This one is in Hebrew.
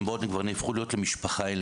הפכו להיות משפחה.